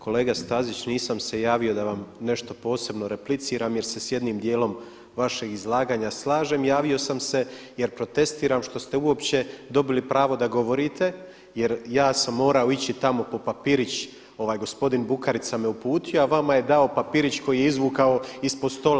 Kolega Stazić, nisam se javio da vam nešto posebno repliciram jer se s jednim dijelom vašeg izlaganja slažem, javio sam se jer protestiram što ste uopće dobili pravo da govorite jer ja sam morao ići tamo po papirić, gospodin Bukarica me uputio, a vama je dao papirić koji je izvukao ispod stola.